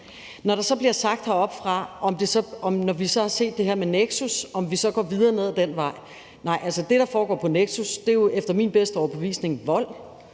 Når der så bliver spurgt heroppefra, om vi så, når vi har set det her med Nexus, går videre ned ad den vej, vil jeg sige, at nej, det, der foregår på Nexus, er jo efter min bedste overbevisning vold,